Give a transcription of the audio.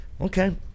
Okay